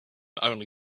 only